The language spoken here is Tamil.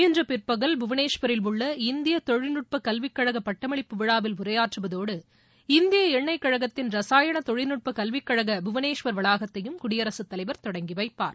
இன்று பிற்பகல் புவனேஸ்வரில் உள்ள இந்திய தொழில்நுட்ப கல்விக் கழக பட்டமளிப்பு விழாவில் உரையாற்றுவதோடு இந்திய எண்ணெய் கழகத்தின் ரசாயன தொழில்நுட்ப கல்விக் கழக புவனேஸ்வர் வளாகத்தையும் குடியரசுத் தலைவர் தொடங்கிவைப்பார்